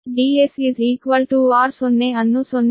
ಆದ್ದರಿಂದ Ds r0 ಅನ್ನು 0